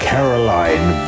Caroline